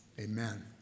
Amen